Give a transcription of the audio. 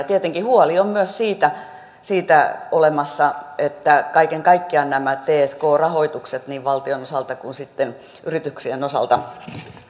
tietenkin huoli on olemassa myös siitä siitä että kaiken kaikkiaan nämä tk rahoitukset niin valtion osalta kuin sitten yrityksien osalta